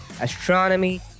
astronomy